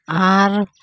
ᱟᱨ